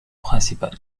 principal